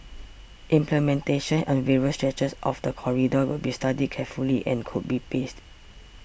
implementation on various stretches of the corridor will be studied carefully and could be paced